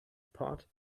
pod